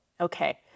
Okay